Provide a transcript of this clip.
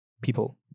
people